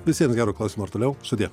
visiems gero klausymo ir toliau sudie